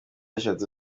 eshatu